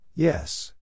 Yes